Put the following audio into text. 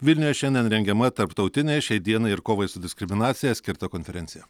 vilniuje šiandien rengiama tarptautinė šiai dienai ir kovai su diskriminacija skirta konferencija